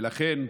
ולכן,